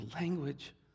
language